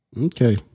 Okay